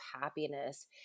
happiness